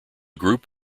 group